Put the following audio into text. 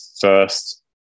first